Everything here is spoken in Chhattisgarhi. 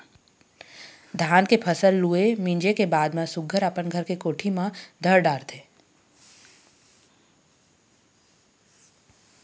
धान के फसल लूए, मिंजे के बाद म सुग्घर अपन घर के कोठी म धर डारथे